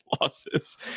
losses